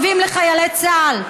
טובים לחיילי צה"ל,